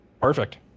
Perfect